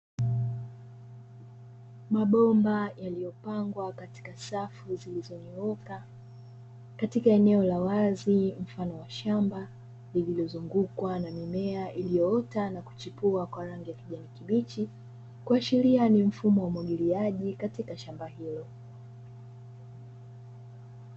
Mabomba yaliyopangwa katika safu zilizonyooka katika eneo la wazi mfano wa shamba lililozungukwa na mimea iliyoota na kuchipua kwa rangi ya kijani kibichi kuashiria ni mfumo wa umwagiliaji katika shamba hilo.